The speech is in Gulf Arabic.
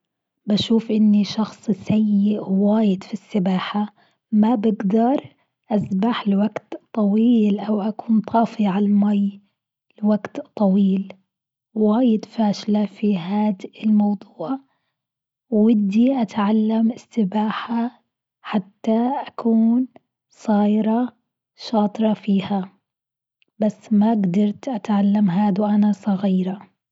بشوف إني شخص سيء واجد في السباحة، ما بقدر أسبح لوقت طويل أو أكون طافية على المي لوقت طويل، واجد فاشلة في هاد الموضوع، ودي أتعلم السباحة، حتى أكون صايرة شاطرة فيها، بس ما قدرت أتعلم هاد وأنا صغيرة.